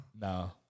No